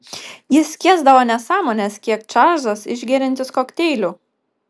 jis skiesdavo nesąmones kiek čarlzas išgeriantis kokteilių